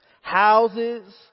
houses